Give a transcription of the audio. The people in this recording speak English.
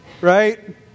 right